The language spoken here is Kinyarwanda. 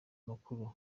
makuru